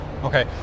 Okay